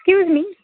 excuse me